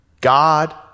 God